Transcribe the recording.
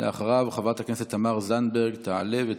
אחריו, חברת הכנסת תמר זנדברג תעלה ותבוא.